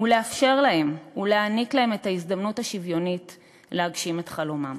הוא לאפשר להם ולהעניק להם את ההזדמנות השוויונית להגשים את חלומם.